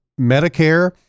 Medicare